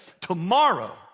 tomorrow